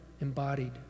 embodied